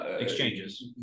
exchanges